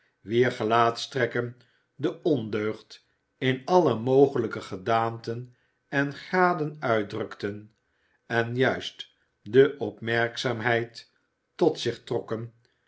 wier gelaatstrekken de ondeugd in alle mogelijke gedaanten en graden uitdrukten en juist de opmerkzaamheid tot zich trokken